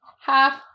half